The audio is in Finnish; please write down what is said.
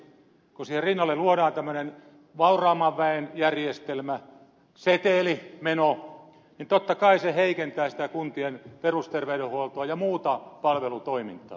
kun siihen rinnalle luodaan tämmöinen vauraamman väen järjestelmä setelimeno niin totta kai se heikentää sitä kuntien perusterveydenhuoltoa ja muuta palvelutoimintaa